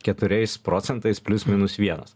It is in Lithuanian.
keturiais procentais plius minus vienas